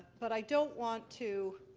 but i don't want to